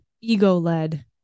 ego-led